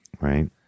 Right